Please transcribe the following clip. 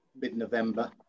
mid-November